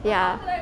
ya